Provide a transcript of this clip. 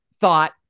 thought